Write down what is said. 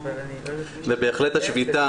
השביתה,